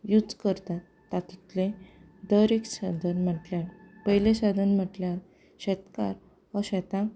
use करतात तातूंतलें दर एक साधन म्हणल्यार पयलें साधन म्हणल्यार शेतकार हो शेतांत